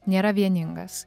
nėra vieningas